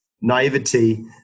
naivety